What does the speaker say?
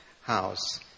house